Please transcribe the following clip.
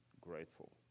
grateful